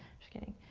just kidding.